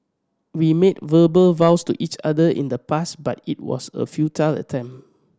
we made verbal vows to each other in the past but it was a futile attempt